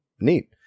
neat